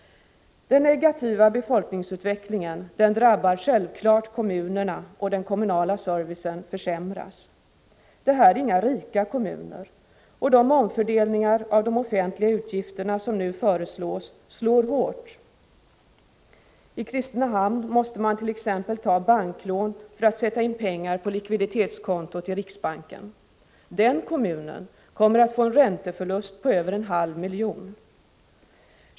Den negativa befolkningsutvecklingen drabbar självfallet kommunerna, och den kommunala servicen försämras. Det här är inga rika kommuner och de omfördelningar av de offentliga utgifterna som nu föreslås slår hårt. I Kristinehamn måste man t.ex. ta banklån för att sätta in pengar på likviditetskontot i riksbanken. Den kommunen kommer att få en ränteförlust på över en halv miljon.